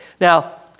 Now